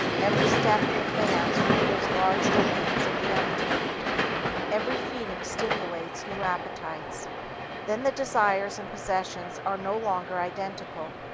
every step in advance reveals large domains of the unattained every feeding stimulates new appetites then the desires and possessions are no longer identical,